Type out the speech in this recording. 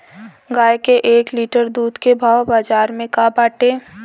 गाय के एक लीटर दूध के भाव बाजार में का बाटे?